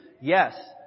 Yes